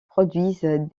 produisent